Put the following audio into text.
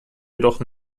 jedoch